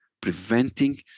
Preventing